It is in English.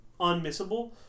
unmissable